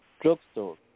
drugstore